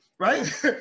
right